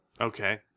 Okay